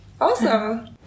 Awesome